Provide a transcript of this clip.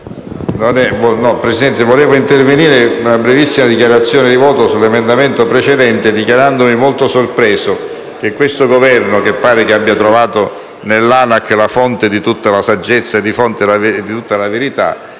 Presidente, io però volevo intervenire per una brevissima dichiarazione di voto sull'emendamento precedente dichiarandomi molto sorpreso che questo Governo, che pare abbia trovato nell'ANAC la fonte di tutta la saggezza e la verità,